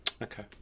Okay